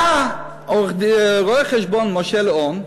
בא רואה-חשבון משה ליאון.